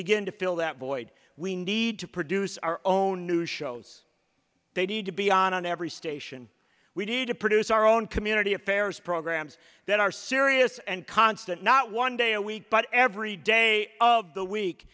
begin to fill that void we need to produce our own new shows they need to be on every station we need to produce our own community affairs programs that are serious and constant not one day a week but every day of the week